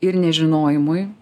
ir nežinojimui